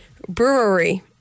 brewery